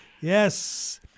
Yes